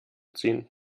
ziehen